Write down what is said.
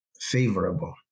favorable